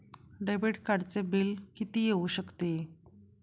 Debit कार्डचे bill किती येऊ शकते?